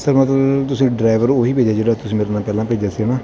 sir ਮਤਲਬ ਤੁਸੀਂ driver ਉਹੀ ਭੇਜਿਓ ਜਿਹੜਾ ਤੁਸੀਂ ਮੇਰੇ ਨਾਲ ਪਹਿਲਾਂ ਭੇਜਿਆ ਸੀ ਹੈ ਨਾ